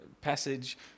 passage